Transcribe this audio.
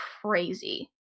crazy